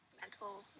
mental